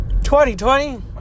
2020